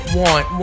want